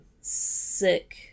sick